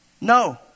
No